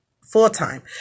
full-time